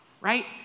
right